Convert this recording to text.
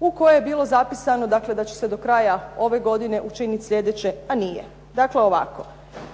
u kojoj je bilo zapisano da će se do kraja ove godine učiniti sljedeće, a nije. Dakle ovako.